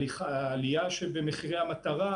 עלייה שבמחירי המטרה,